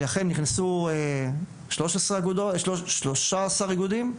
ולכן נכנסו שלושה עשר איגודים,